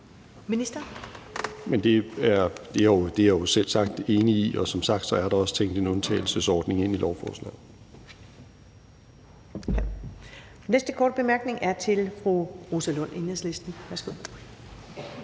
Det er jeg jo selvsagt enig i, og som sagt er der også tænkt en undtagelsesordning ind i lovforslaget.